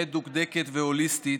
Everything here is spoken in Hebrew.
מדוקדקת והוליסטית,